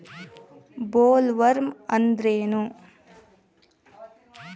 Bollworm ಅಂದ್ರೇನು?